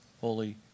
holy